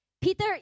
Peter